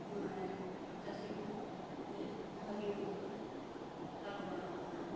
ᱪᱟᱹᱥᱤᱠᱚ ᱵᱮᱥ ᱵᱷᱟᱹᱜᱤ ᱢᱚᱛᱚᱠᱚ ᱞᱟᱵᱷᱚᱵᱟᱱᱚᱜ ᱠᱟᱱᱟ